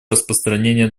распространения